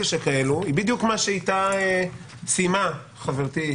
שכזאת היא בדיוק מה שאיתה סיימה חברתי,